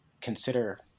consider